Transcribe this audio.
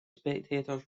spectators